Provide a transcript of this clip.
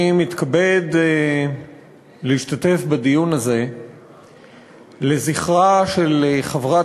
אני מתכבד להשתתף בדיון הזה לזכרה של חברת